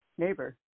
neighbor